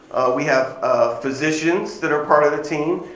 we have physicians that are part of the team.